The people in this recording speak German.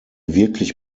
wirklich